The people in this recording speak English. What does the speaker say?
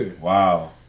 Wow